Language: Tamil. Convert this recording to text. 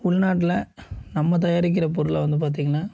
உள்நாட்டில நம்ம தயாரிக்கிற பொருளை வந்து பார்த்தீங்கனா